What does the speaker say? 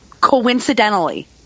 coincidentally